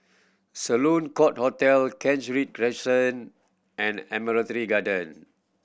Sloane Court Hotel Kent Ridge Crescent and Admiralty Garden